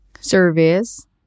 Service